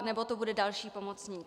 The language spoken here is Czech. Nebo to bude další pomocník?